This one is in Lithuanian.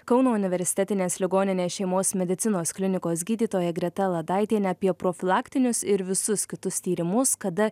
kauno universitetinės ligoninės šeimos medicinos klinikos gydytoja greta ladaitiene apie profilaktinius ir visus kitus tyrimus kada